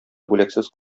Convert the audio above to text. бүләксез